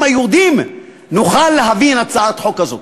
היהודים נוכל להבין הצעת חוק כזאת.